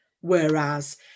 Whereas